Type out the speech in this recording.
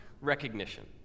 recognition